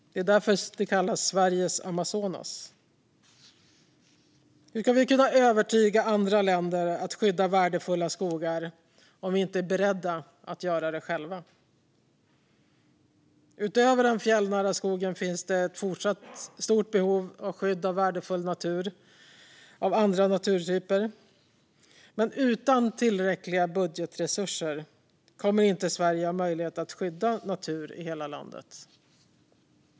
Det är därför det kallas Sveriges Amazonas. Hur ska vi kunna övertyga andra länder att skydda värdefulla skogar om vi inte är beredda att göra det själva? Utöver den fjällnära skogen finns ett fortsatt stort behov av skydd av värdefull natur av andra naturtyper, men utan tillräckliga budgetresurser kommer Sverige inte att ha möjlighet att skydda natur i hela landet.